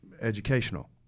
educational